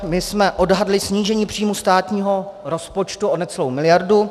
My jsme odhadli snížení příjmů státního rozpočtu o necelou miliardu.